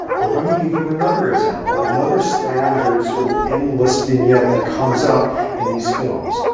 or let me give you another example. another standard, sort of endless vignette that comes up in these films.